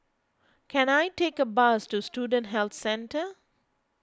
can I take a bus to Student Health Centre